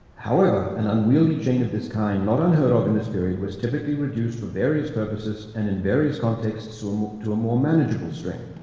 however, an unwieldy chain of this kind, not unheard of in this period, was typically reduced for various purposes and in various contexts so to a more manageable string,